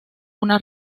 una